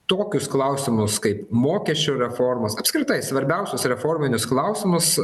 tokius klausimus kaip mokesčio reformos apskritai svarbiausius reforminius klausimus